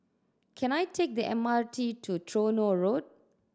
can I take the M R T to Tronoh Road